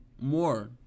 more